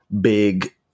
big